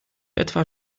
etwa